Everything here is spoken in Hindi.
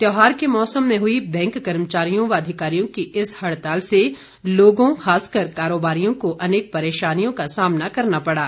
त्यौहारों के मौसम में हुई बैंक कर्मचारियों और अधिकारियों की इस हड़ताल से लोगों खासकर कारोबारियों को अनेक परेशानियों का सामना करना पड़ा